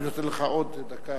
אני נותן לך עוד דקה.